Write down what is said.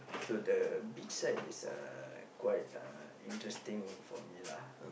so the beach side is uh quite uh interesting for me lah